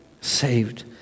saved